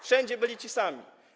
Wszędzie byli ci sami.